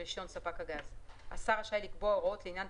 שלא יהיה רק "רשאי להעביר", אלא